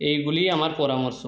এইগুলিই আমার পরামর্শ